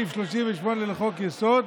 אלה חוקים שאני יכול להבין מדוע אותו לפיד נפל בבור